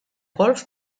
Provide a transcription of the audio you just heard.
golf